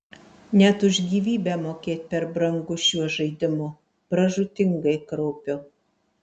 net už gyvybę mokėt per brangu šiuo žaidimu pražūtingai kraupiu